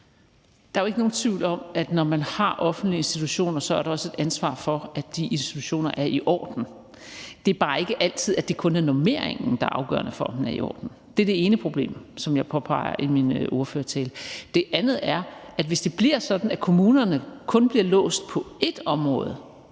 Der er jo ikke nogen tvivl om, at når man har offentlige institutioner, så er der også et ansvar for, at de institutioner er i orden. Det er bare ikke altid, at det kun er normeringen, der er afgørende for, om de er i orden. Det er det ene problem, som jeg påpegede i min ordførertale. Det andet er, at hvis det bliver sådan, at kommunerne kun bliver låst på ét område